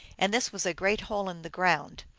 and this was a great hole in the ground.